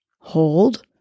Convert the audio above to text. Hold